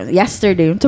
yesterday